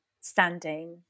standing